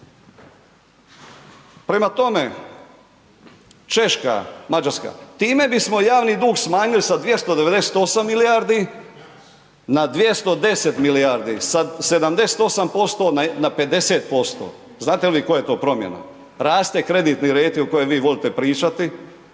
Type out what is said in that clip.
Prema tome, Češka, Mađarska, time bismo javni dug smanjili sa 298 milijardi na 210 milijardi, sa 78% na 50%, znate li vi koja je to promjena, raste kreditni rejting o kojem vi volite pričati,